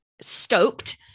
stoked